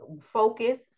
focus